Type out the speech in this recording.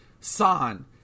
San